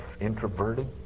introverted